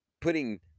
putting